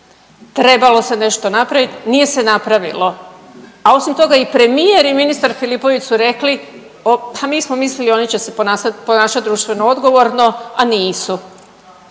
trebalo se nešto napraviti. Nije se napravilo, a osim toga i premijer i ministar Filipović su rekli pa mi smo mislili oni će se ponašati društveno odgovorno, a nisu.